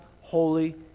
holy